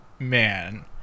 Man